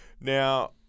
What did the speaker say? Now